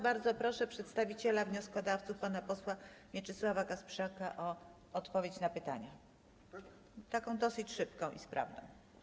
Bardzo proszę przedstawiciela wnioskodawców pana posła Mieczysława Kasprzaka o odpowiedź na pytania, taką dosyć szybką i sprawną.